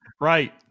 right